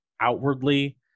outwardly